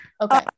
Okay